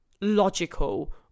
logical